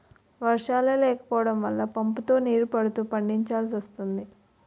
వర్షాలే లేకపోడం వల్ల పంపుతో నీరు పడుతూ పండిచాల్సి వస్తోంది